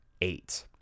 eight